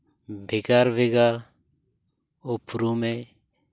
ᱵᱷᱮᱜᱟᱨ ᱵᱷᱮᱜᱟᱨ ᱩᱯᱨᱩᱢᱮ